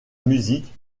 musique